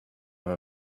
have